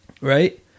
right